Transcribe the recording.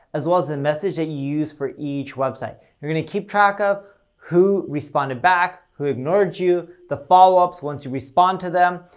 as well as the message that you use for each website. you're going to keep track of who responded back, who ignored you, the follow ups once you respond to them,